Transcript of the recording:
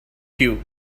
cue